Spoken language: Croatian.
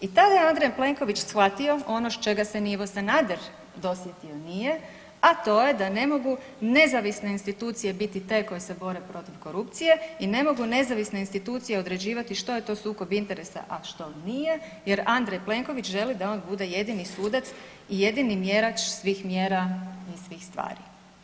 I tada je Andrej Plenković shvatio ono čega se ni Ivo Sanader dosjetio nije, a to je da ne mogu nezavisne institucije biti te koje se bore protiv korupcije i ne mogu nezavisne institucije određivati što je to sukob interesa, a što nije jer Andrej Plenković želi da on bude jedini sudac i jedini mjerač svih mjera i svih stvari.